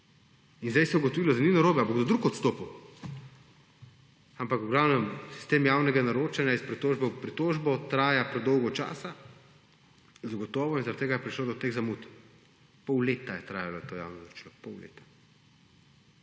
In zdaj se je ugotovilo, da ni narobe. Ali bo kdo drug odstopil? Ampak, v glavnem, sistem javnega naročanja iz pritožbe v pritožbo traja predolgo časa. Zagotovo, in zaradi tega je prišlo do teh zamud. Pol leta je trajalo to javno naročilo, pol leta.